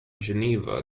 geneva